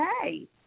okay